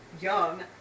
Young